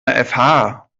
der